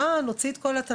מה נוציא את כל התלמידים,